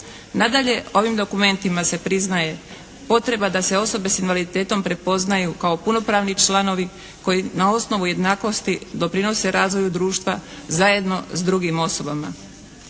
Nadalje, ovim dokumentima se priznaje potreba da se osobe s invaliditetom prepoznaju kao punopravni članovi koji na osnovu jednakosti doprinose razvoju društva zajedno s drugim osobama.